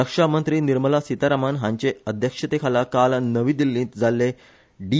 रक्षा मंत्री निर्मला सितारामन हांचे अध्यक्षतेखाला काल नवी दिल्लींत जाल्ले डि